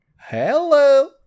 hello